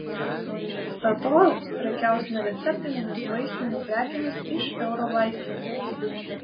statoil prekiaus nereceptinėmis vaistinių prekėmis iš eurovaistinės